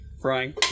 frying